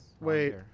Wait